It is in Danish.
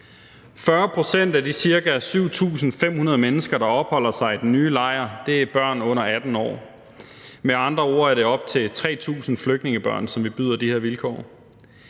40 pct. af de ca. 7.500 mennesker, der opholder sig i den nye lejr, er børn under 18 år. Det er med andre ord op til 3.000 flygtningebørn, som vi byder de her vilkår.